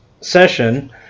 session